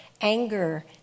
anger